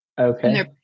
okay